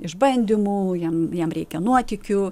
išbandymų jam jam reikia nuotykių